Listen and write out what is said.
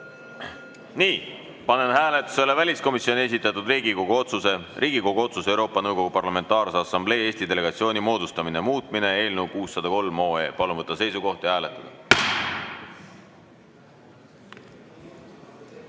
jah. Panen hääletusele väliskomisjoni esitatud Riigikogu otsuse "Riigikogu otsuse "Euroopa Nõukogu Parlamentaarse Assamblee Eesti delegatsiooni moodustamine" muutmine" eelnõu 603. Palun võtta seisukoht ja hääletada!